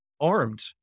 armed